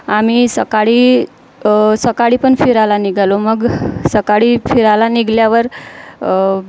आम्ही सकाळी सकाळी पण फिरायला निघालो मग सकाळी फिरायला निघाल्यावर